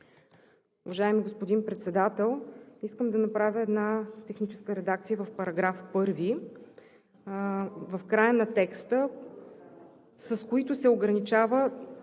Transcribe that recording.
Уважаеми господин Председател, искам да направя една техническа редакция в § 1 – в края на текста „с които се ограничава